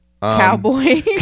Cowboy